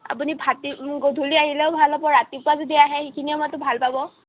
আপুনি ভাটি গধূলি আহিলেও ভাল হ'ব ৰাতিপুৱা যদি আহে সেইখিনি সময়টো ভাল পাব